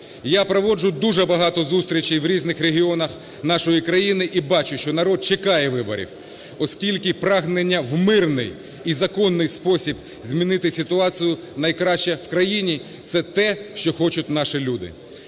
Я проводжу дуже багато зустрічей в різних регіонах нашої країни і бачу, що народ чекає виборів, оскільки прагнення в мирний і законний спосіб змінити ситуацію на краще в країні – це те, що хочуть наші люди.